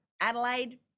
Adelaide